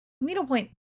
needlepoint